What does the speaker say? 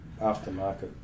aftermarket